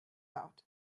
out